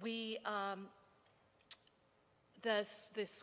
service